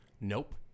Nope